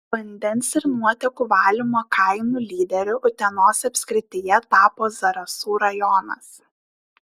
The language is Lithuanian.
vandens ir nuotėkų valymo kainų lyderiu utenos apskrityje tapo zarasų rajonas